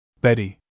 Betty